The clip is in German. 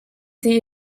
sie